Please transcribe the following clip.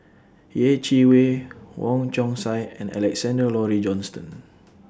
Yeh Chi Wei Wong Chong Sai and Alexander Laurie Johnston